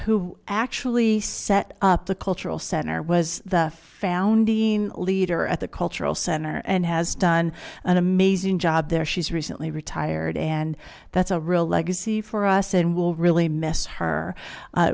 who actually set up the cultural center was the founding leader at the cultural center and has done an amazing job there she's recently retired and that's a real legacy for us and we'll really miss her